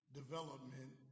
development